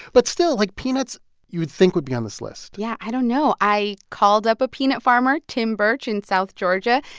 but still, like, peanuts you would think would be on this list yeah, i don't know. i called up a peanut farmer tim burch in south georgia.